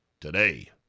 today